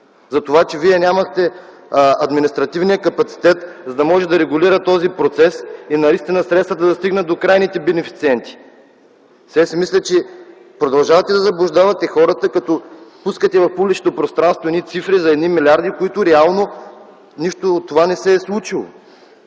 затова, че вие нямахте административния капацитет, за да може да регулира този процес и средствата да стигнат до крайните бенефициенти. Все си мисля, че продължавате да заблуждавате хората, като пускате в публичното пространство едни цифри за едни милиарди, което реално не е случило.